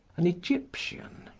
an egyptian.